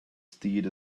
steed